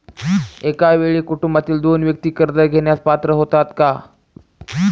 एका वेळी कुटुंबातील दोन व्यक्ती कर्ज घेण्यास पात्र होतात का?